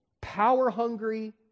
power-hungry